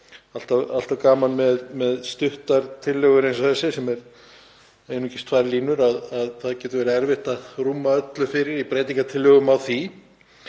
alltaf gaman með stuttar tillögur eins og þessa, sem er einungis tvær línur, að það getur verið erfitt að koma öllu fyrir í breytingartillögum um þær.